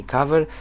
Cover